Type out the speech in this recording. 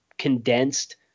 condensed